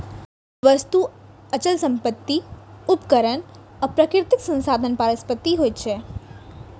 वस्तु, अचल संपत्ति, उपकरण आ प्राकृतिक संसाधन परिसंपत्ति होइ छै